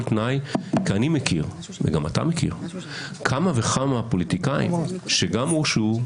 תנאי כי אני מכיר וגם אתה מכיר כמה וכמה פוליטיקאים שגם הורשעו,